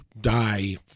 die